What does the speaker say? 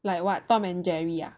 like what Tom and Jerry ah